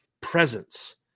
presence